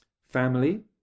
family